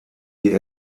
die